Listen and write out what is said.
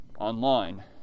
online